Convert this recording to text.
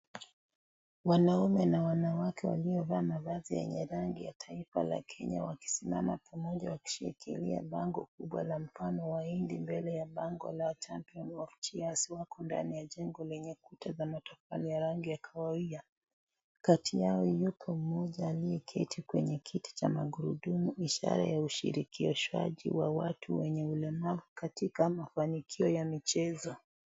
Wanaume na wanawake waliovaa mavazi yenye rangi ya kitaifa la Kenya, wakisimama pamoja wakishikilia bango kubwa la mfano wa hindi mbele ya bango la champion of cheers . Wako ndani ya jengo lenye kuta za matofali ya rangi ya kahawia. Kati yao yuko mmoja aliyeketi kwenye kiti cha magurudumu, ishara ya ushirikishaji wa watu wenye ulemavu katika mafanikio ya michezo.